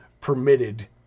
permitted